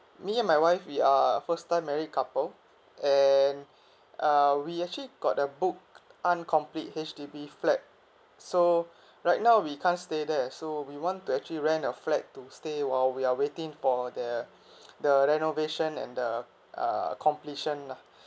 me and my wife we are a first time married couple and uh we actually got a booked uncomplete H_D_B flat so right now we can't stay there so we want to actually rent a flat to stay while we are waiting for the the renovation and the uh completion lah